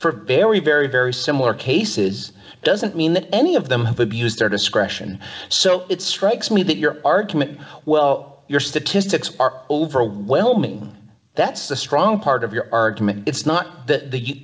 for very very very similar cases doesn't mean that any of them have abused their discretion so it strikes me that your argument well your statistics are overwhelming that's the strong part of your argument it's not that the